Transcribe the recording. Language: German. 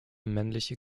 männliche